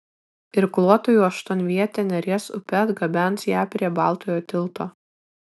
irkluotojų aštuonvietė neries upe atgabens ją prie baltojo tilto